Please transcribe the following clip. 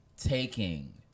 taking